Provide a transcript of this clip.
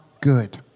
good